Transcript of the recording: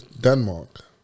Denmark